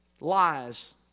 lies